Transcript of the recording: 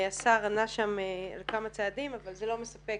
השר ענה שם על כמה צעדים אבל זה לא מספק.